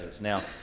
Now